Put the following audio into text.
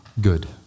good